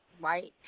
right